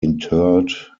interred